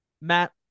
Matt